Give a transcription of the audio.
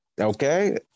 Okay